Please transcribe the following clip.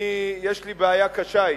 יש לי בעיה קשה אתכם.